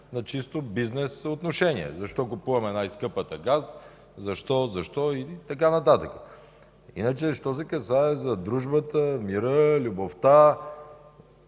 на чисто бизнес отношения – защо купуваме най-скъпата газ, защо, защо и така нататък. Иначе, що се касае до дружбата, мира, любовта,